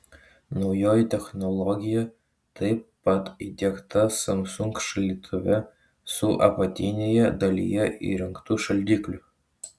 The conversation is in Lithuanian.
naujoji technologija taip pat įdiegta samsung šaldytuve su apatinėje dalyje įrengtu šaldikliu